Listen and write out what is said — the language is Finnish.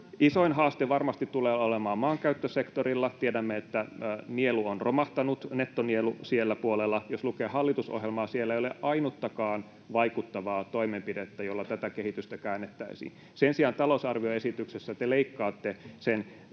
Isoin haaste varmasti tulee olemaan maankäyttösektorilla. Tiedämme, että nettonielu on romahtanut siellä puolella. Jos lukee hallitusohjelmaa, siellä ei ole ainuttakaan vaikuttavaa toimenpidettä, jolla tätä kehitystä käännettäisiin. Sen sijaan talousarvioesityksessä te leikkaatte sen